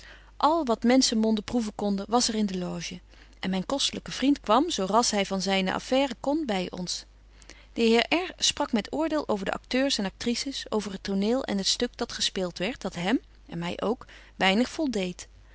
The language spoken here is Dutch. wat menschen monden proeven konden was er in de loge en myn kostelyke vriend kwam zo rasch hy van zyne affaire kon by ons de heer r sprak met oordeel over de acteurs en actrices over het toneel en het stuk dat gespeelt werdt dat hem weinig voldeedt